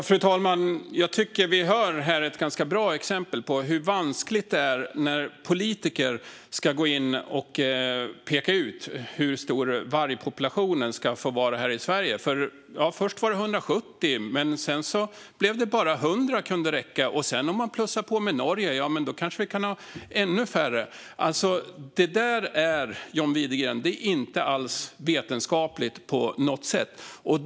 Fru talman! Här har vi ett ganska bra exempel på hur vanskligt det är när politiker ska gå in och peka ut hur stor vargpopulationen i Sverige ska få vara. Först var det 170, men sedan kunde bara 100 räcka. Och om man plussar på med Norge kunde det kanske vara ännu färre. Det är inte vetenskapligt på något sätt, John Widegren.